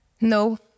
No